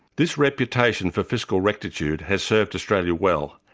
this reputation for fiscal rectitude has served australia well,